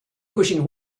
pushing